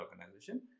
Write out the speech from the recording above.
organization